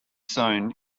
sown